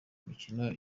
imikino